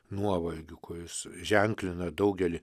nuovargiu kuris ženklina daugelį